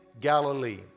Galilee